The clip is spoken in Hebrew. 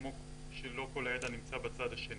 כמו שלא כל הידע נמצא בצד השני.